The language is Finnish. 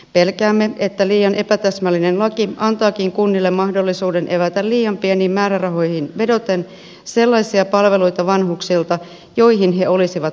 pelkäämme että liian epätäsmällinen laki antaakin kunnille mahdollisuuden evätä liian pieniin määrärahoihin vedoten vanhuksilta sellaisia palveluita joihin he olisivat oikeutettuja